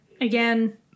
again